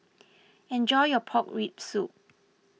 enjoy your Pork Rib Soup